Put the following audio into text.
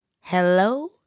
Hello